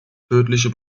tödliche